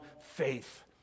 faith